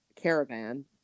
caravan